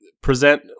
present